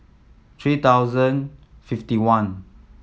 three thousand fifty one